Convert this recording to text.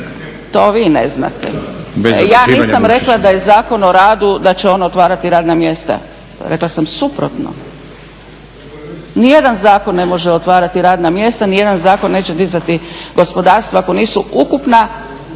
To vi ne znate. Ja nisam rekla da je Zakon o radu da će on otvarati radna mjesta, rekla sam suprotno. Nijedan zakon ne može otvarati radna mjesta, nijedan zakon neće dizati gospodarstvo ako nisu ukupno